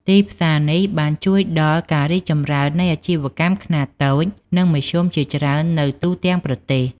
ទីផ្សារនេះបានជួយដល់ការរីកចម្រើននៃអាជីវកម្មខ្នាតតូចនិងមធ្យមជាច្រើននៅទូទាំងប្រទេស។